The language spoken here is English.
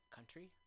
Country